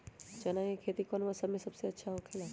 चाना के खेती कौन मौसम में सबसे अच्छा होखेला?